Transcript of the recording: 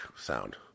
sound